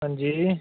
हांजी